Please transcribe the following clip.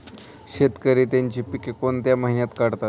शेतकरी त्यांची पीके कोणत्या महिन्यात काढतात?